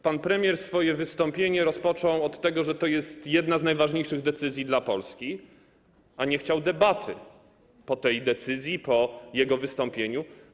Pan premier swoje wystąpienie rozpoczął od tego, że to jest jedna z najważniejszych decyzji dla Polski, a nie chciał debaty po tej decyzji, po jego wystąpieniu.